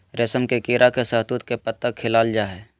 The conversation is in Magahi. रेशम के कीड़ा के शहतूत के पत्ता खिलाल जा हइ